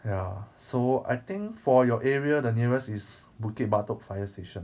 ya so I think for your area the nearest is bukit batok fire station